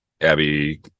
abby